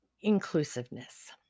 inclusiveness